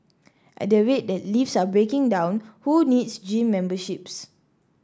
at the rate that lifts are breaking down who needs gym memberships